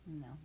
No